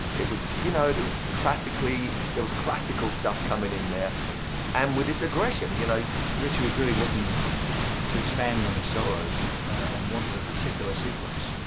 it was you know it was classically. there was classical stuff coming in there and with this aggression. you know ritchie was really looking to expand on his solos and um wanted a particular sequence,